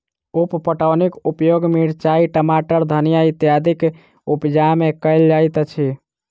उप पटौनीक उपयोग मिरचाइ, टमाटर, धनिया इत्यादिक उपजा मे कयल जाइत अछि